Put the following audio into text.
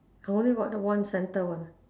I only got the one centre one